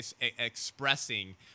expressing